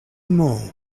more